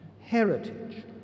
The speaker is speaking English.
heritage